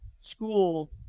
school